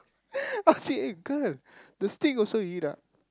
I say eh girl the stick also you eat ah